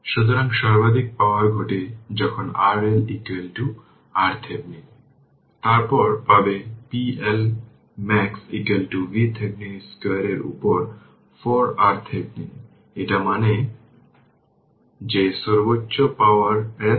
সুতরাং অ্যানালিসিস এ 3টি সর্বাধিক ব্যবহৃত সিঙ্গুলারিটি ফাংশন হল unit step function unit impulse এবং ইউনিট র্যাম্প